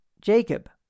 Jacob